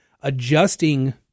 adjusting